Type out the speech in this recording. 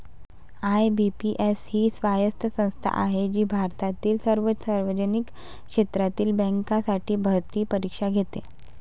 IBPS ही स्वायत्त संस्था आहे जी भारतातील सर्व सार्वजनिक क्षेत्रातील बँकांसाठी भरती परीक्षा घेते